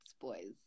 boys